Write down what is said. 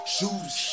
Shoes